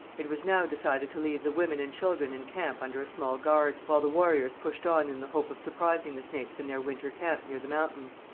it was now decided to leave the women and children in camp under a small guard, while the warriors pushed on in the hope of surprising the snakes in their winter camp near the mountains.